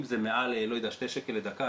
אם זה מעל 2 שקלים לדקה,